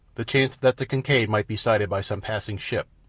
the chance that the kincaid might be sighted by some passing ship,